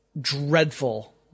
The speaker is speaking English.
dreadful